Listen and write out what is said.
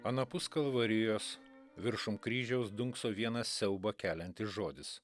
anapus kalvarijos viršum kryžiaus dunkso vienas siaubą keliantis žodis